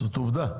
זו עובדה.